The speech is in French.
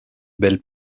belle